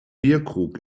bierkrug